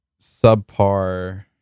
subpar